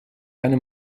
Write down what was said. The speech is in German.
eine